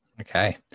Okay